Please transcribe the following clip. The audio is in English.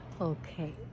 Okay